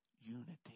unity